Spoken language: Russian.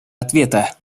ответа